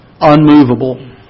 Unmovable